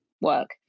work